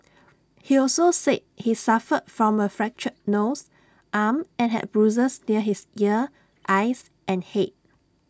he also said he suffered from A fractured nose arm and had bruises near his ear eyes and Head